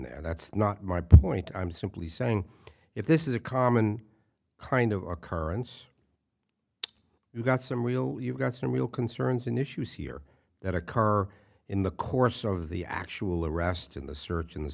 d that's not my point i'm simply saying if this is a common kind of occurrence you've got some real you've got some real concerns and issues here that occur in the course of the actual arrest in the search and